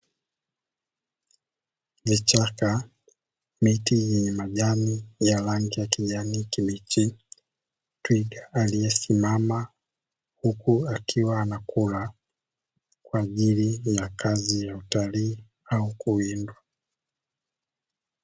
Vichaka ,miti ya majani yenye rangi ya kijani kibichi, twiga aliyesimama huku akiwa anakula kwa ajiri ya kazi ya utalii au kuwindwa.